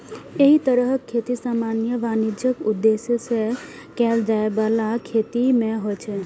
एहि तरहक खेती सामान्यतः वाणिज्यिक उद्देश्य सं कैल जाइ बला खेती मे होइ छै